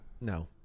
No